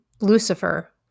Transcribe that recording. Lucifer